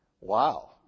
Wow